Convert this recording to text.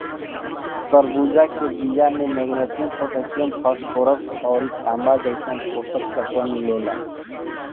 तरबूजा के बिया में मैग्नीशियम, पोटैशियम, फास्फोरस अउरी तांबा जइसन पोषक तत्व मिलेला